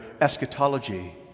eschatology